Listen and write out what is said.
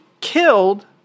killed